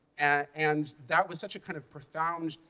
and that was such a kind of profound,